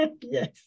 yes